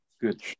good